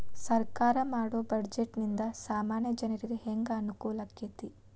ಸರ್ಕಾರಾ ಮಾಡೊ ಬಡ್ಜೆಟ ನಿಂದಾ ಸಾಮಾನ್ಯ ಜನರಿಗೆ ಹೆಂಗ ಅನುಕೂಲಕ್ಕತಿ?